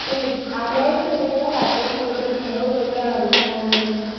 ഓ ഈ അയ്യായിരം രൂപക്കൊക്കെ പർച്ചേസ് ചെയ്തിട്ട് ഒരു നൂറ് രൂപയാണോ ഡിസ്കൗണ്ട് തരുന്നത്